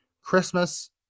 Christmas